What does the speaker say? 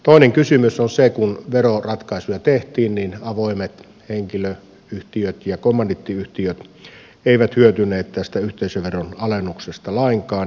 toinen kysymys on se että kun veroratkaisuja tehtiin niin avoimet henkilöyhtiöt ja kommandiittiyhtiöt eivät hyötyneet tästä yhteisöveron alennuksesta lainkaan